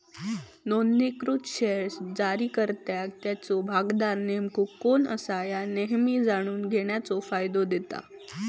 नोंदणीकृत शेअर्स जारीकर्त्याक त्याचो भागधारक नेमका कोण असा ह्या नेहमी जाणून घेण्याचो फायदा देता